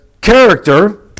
character